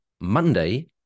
Monday